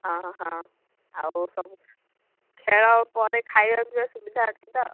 ହଁ ହଁ ଆଉ ସବୁ ଖେଳ ପରେ ଖାଇବା ପିଇବା ସୁବିଧା ଅଛି ତ